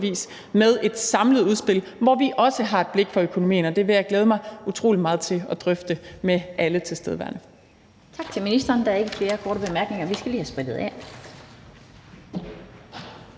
med et samlet udspil, hvor vi også har et blik på økonomien, og det vil jeg glæde mig utrolig meget til at drøfte med alle tilstedeværende.